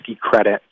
credit